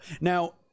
Now